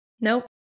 Nope